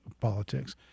politics